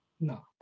no